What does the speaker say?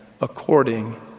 according